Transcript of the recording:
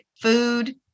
Food